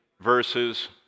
verses